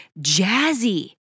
jazzy